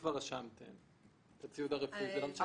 כבר רשמתם את הציוד הרפואי.